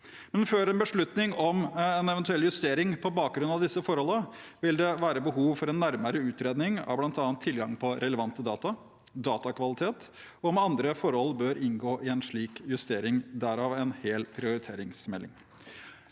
Før en beslutning om en eventuell justering på bakgrunn av disse forholdene vil det være behov for en nærmere utredning av bl.a. tilgang på relevante data, datakvalitet og om andre forhold bør inngå i en slik justering – derav en hel prioriteringsmelding.